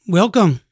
welcome